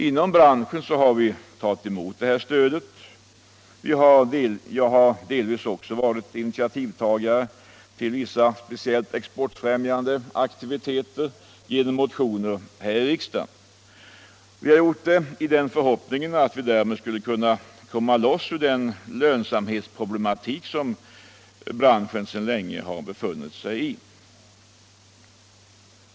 Inom branschen har vi tagit emot stödet — jag har delvis också varit initiativtagare till vissa speciellt exportfrämjande aktiviteter genom motioner här i riksdagen — i förhoppningen att vi därmed skulle kunna komma loss ur den lönsamhetsproblematik som branschen sedan länge har befunnit sig i.